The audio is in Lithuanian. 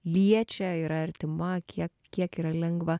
liečia yra artima kiek kiek yra lengva